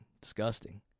Disgusting